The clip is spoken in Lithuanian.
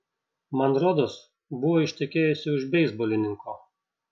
man rodos buvo ištekėjusi už beisbolininko